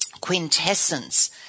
quintessence